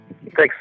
Thanks